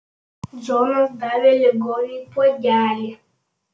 džonas davė ligoniui puodelį